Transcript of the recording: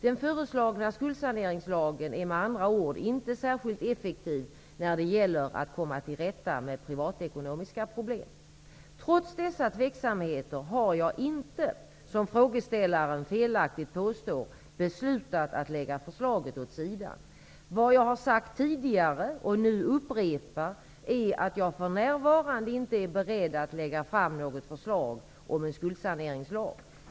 Den föreslagna skuldsaneringslagen är med andra ord inte särskilt effektiv när det gäller att komma till rätta med privatekonomiska problem. Trots dessa tveksamheter har jag inte -- som frågeställaren felaktigt påstår -- beslutat att lägga förslaget åt sidan. Vad jag har sagt tidigare, och nu upprepar, är att jag för närvarande inte är beredd att lägga fram något förslag om en skuldsaneringslag.